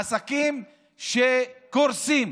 עסקים שקורסים.